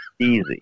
Easy